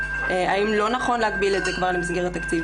האם לא נכון להגביל את זה כבר למסגרת תקציב.